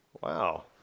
Wow